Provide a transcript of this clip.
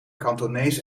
kantonees